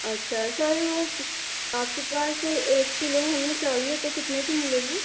اچھا سر وہ کہ آپ کے پاس ایک کلو ہمیں چاہیے تو کتنے کی ملے گی